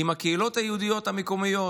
עם הקהילות היהודיות המקומיות,